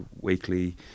weekly